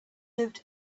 lived